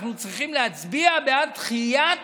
אנחנו צריכים להצביע בעד דחיית